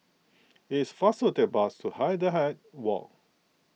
it is faster take bus to Hindhede Walk